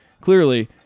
clearly